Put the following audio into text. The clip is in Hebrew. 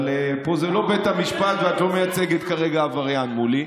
אבל פה זה לא בית המשפט ואת לא מייצגת כרגע עבריין מולי,